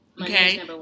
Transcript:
Okay